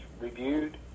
reviewed